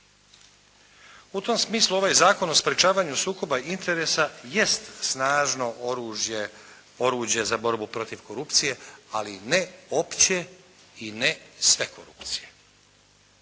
U tom smislu, ovaj Zakon o sprečavanju sukoba interesa jest snažno oružje, oruđe za borbu protiv korupcije, ali ne opće i ne sve korupcije.